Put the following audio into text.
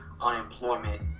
Unemployment